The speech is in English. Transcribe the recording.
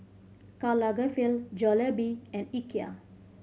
Karl Lagerfeld Jollibee and Ikea